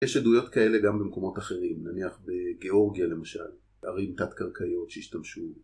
יש עדויות כאלה גם במקומות אחרים, נניח בגיאורגיה למשל, ערים תת-קרקעיות שהשתמשו